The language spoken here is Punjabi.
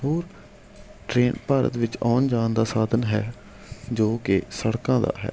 ਹੋਰ ਟਰੇਨ ਭਾਰਤ ਵਿੱਚ ਆਉਣ ਜਾਣ ਦਾ ਸਾਧਨ ਹੈ ਜੋ ਕਿ ਸੜਕਾਂ ਦਾ ਹੈ